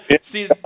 see